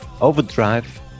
Overdrive